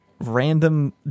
random